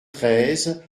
treize